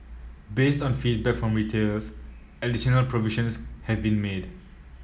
based on feedback from retailers additional provisions have been made